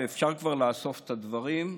ואפשר כבר לאסוף את הדברים,